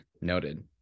Noted